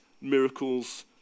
miracles